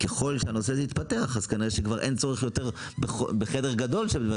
שככל שהנושא הזה יתפתח אז אין צורך בחדר גדול של בית